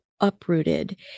uprooted